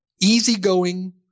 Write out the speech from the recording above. easygoing